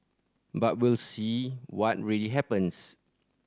but we'll see what really happens